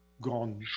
gone